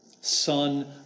Son